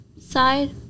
side